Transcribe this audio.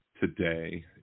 today